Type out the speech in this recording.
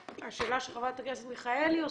והשאלה שחברת הכנסת מיכאלי הוסיפה,